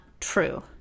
true